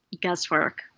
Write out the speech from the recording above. guesswork